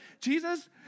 Jesus